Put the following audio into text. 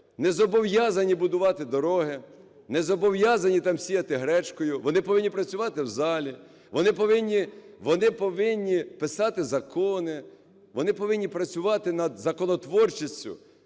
не зобов'язані будувати дороги, не зобов'язані там сіяти гречкою. Вони повинні працювати в залі, вони повинні… вони повинні писати закони, вони повинні працювати над законотворчістю,